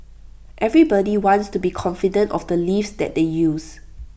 everybody wants to be confident of the lifts that they use